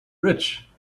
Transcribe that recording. rich